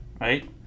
right